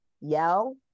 yell